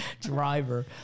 driver